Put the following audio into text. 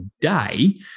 day